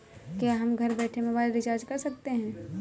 क्या हम घर बैठे मोबाइल रिचार्ज कर सकते हैं?